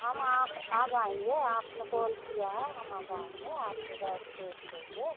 हम आप आब आएँगे आपने कॉल किया है हम आ जाएँगे आपके गैस देख लेंगे